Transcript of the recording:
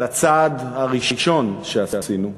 על הצעד הראשון שעשינו,